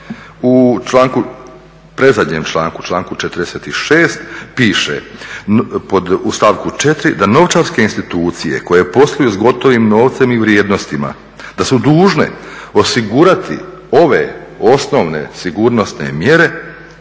predzadnjem članku, članku 46. piše u stavku 4. da novčarske institucije koje posluju sa gotovim novcem i vrijednostima da su dužne osigurati ove osnovne sigurnosne mjere